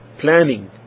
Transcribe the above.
planning